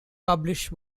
published